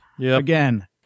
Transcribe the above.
again